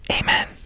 Amen